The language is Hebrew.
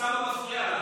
אוסאמה מפריע לנו.